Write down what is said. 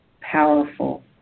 powerful